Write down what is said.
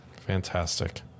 Fantastic